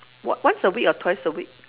on~ once a week or twice a week